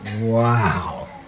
wow